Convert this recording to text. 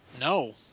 No